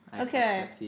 Okay